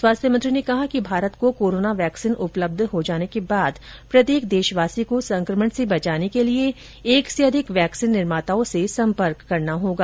स्वास्थ्य मंत्री ने कहा कि भारत को कोरोना वैक्सीन उपलब्ध हो जाने के बाद प्रत्येक देशवासी को संकमण से बचाने के लिए एक से अधिक वैक्सीन निर्माताओं से संपर्क करना होगा